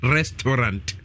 Restaurant